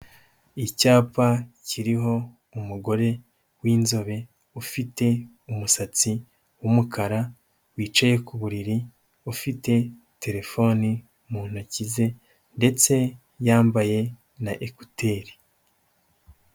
Icyapa kiriho umugore w'inzobe ufite umusatsi w'umukara wicaye ku buriri, ufite terefone mu ntoki ze ndetse yambaye na ekuteri.